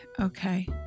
okay